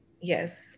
Yes